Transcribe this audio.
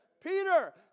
Peter